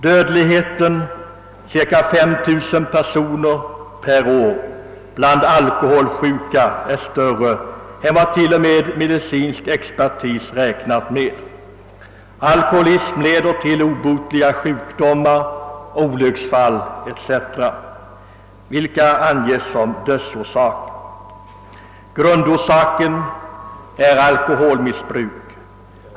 Dödligheten — cirka 5 000 personer per år — bland alkoholsjuka är större än vad till och med medicinsk expertis räknat med. Alkoholism leder till obotliga sjukdomar, olycksfall etc., vilka anges som dödsorsak. Grundorsaken är dock alkoholmissbruk.